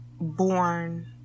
born